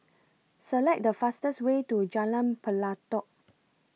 Select The fastest Way to Jalan Pelatok